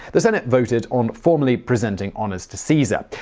the senate voted on formally presenting honors to caesar.